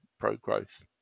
pro-growth